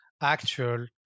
actual